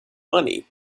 money